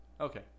Okay